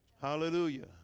Hallelujah